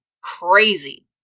crazy